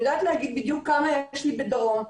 אני יודעת להגיד בדיוק כמה יש לי בדרום,